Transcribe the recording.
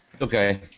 okay